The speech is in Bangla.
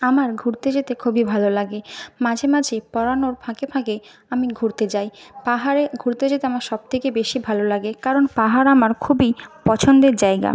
আমার ঘুরতে যেতে খুবই ভালো লাগে মাঝে মাঝে পড়ানোর ফাঁকে ফাঁকে আমি ঘুরতে যাই পাহাড়ে ঘুরতে যেতে আমার সব থেকে বেশি ভালো লাগে কারণ পাহাড় আমার খুবই পছন্দের জায়গা